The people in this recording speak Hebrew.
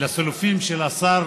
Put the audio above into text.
לסילופים של השר,